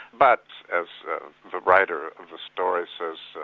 but as the writer of the story says,